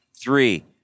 three